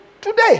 Today